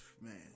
Man